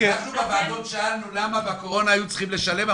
אנחנו בוועדות שאלנו למה בקורונה היו צריכים לשלם?